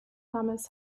thomas